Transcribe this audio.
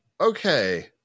okay